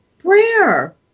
prayer